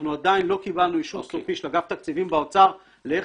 אנחנו עדיין לא קיבלנו אישור סופי של אגף התקציבים באוצר איך